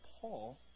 Paul